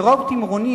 מרוב תמרונים,